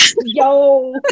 Yo